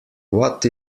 what